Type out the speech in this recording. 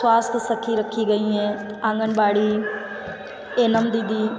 स्वास्थ्य सखी रखी गईं हैं आंगनबाड़ी एवं दीदी